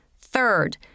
Third